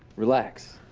relax.